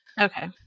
okay